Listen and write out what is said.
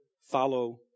follow